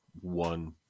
one